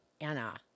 Anna